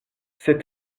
ses